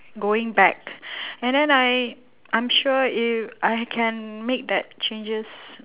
going back and then I I'm sure if I can make that changes